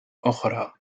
أخرى